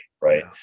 right